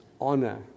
honor